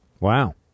wow